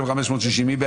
7